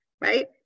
right